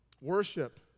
Worship